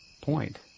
point